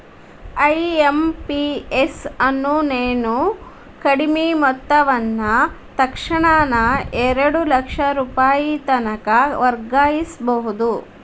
IMPS ಅನ್ನು ನೇವು ಕಡಿಮಿ ಮೊತ್ತವನ್ನ ತಕ್ಷಣಾನ ಎರಡು ಲಕ್ಷ ರೂಪಾಯಿತನಕ ವರ್ಗಾಯಿಸ್ಬಹುದು